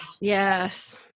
Yes